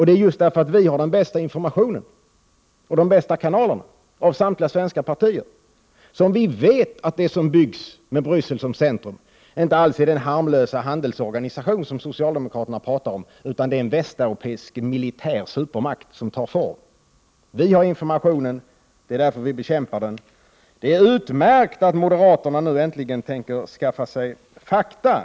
Det är just därför att vi har den bästa informationen och de bästa kanalerna Prot. 1988/89:45 av samtliga svenska partier som vi vet att det som byggs med Bryssel som 14 december 1988 centrum inte alls är den harmlösa handelsorganisation som socialdemokra Värlsakhaer ine Keeler terna pratar om, utan att det är en västeuropeisk militär supermakt som tar E ådet form. EA Vi har informationen. Det är därför vi bekämpar denna makt. Det är utmärkt att moderaterna nu äntligen tänker skaffa sig fakta.